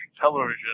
television